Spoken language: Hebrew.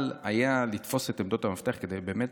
היה לתפוס את עמדות המפתח כדי באמת,